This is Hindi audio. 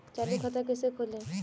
चालू खाता कैसे खोलें?